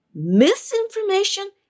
misinformation